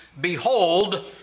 Behold